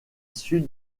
sud